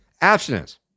abstinence